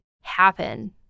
happen